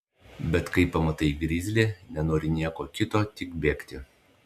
bet kai pamatai grizlį nenori nieko kito tik bėgti